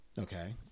Okay